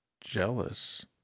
jealous